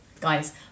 guys